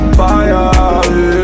fire